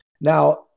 Now